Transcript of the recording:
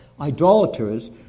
idolaters